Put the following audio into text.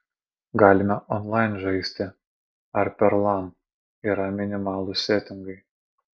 galime onlain žaisti ar per lan yra minimalūs setingai